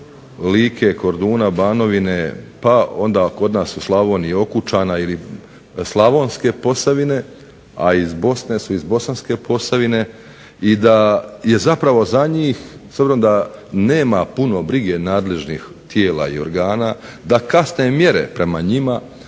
Like, Korduna, Banovine, onda kod nas u Slavoniji Okučana, Slavonske posavine, a iz Bosne iz Bosanske Posavine i da je zapravo za njih s obzirom da nema puno brige nadležnih tijela i organa, da kasne mjere prema njima,